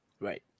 Right